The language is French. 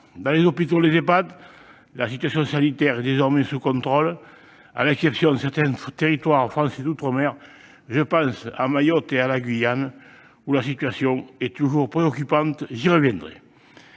âgées dépendantes (Ehpad), la situation sanitaire est désormais sous contrôle, à l'exception de certains territoires français d'outre-mer- je pense à Mayotte et à la Guyane où la situation est toujours préoccupante, j'y reviendrai.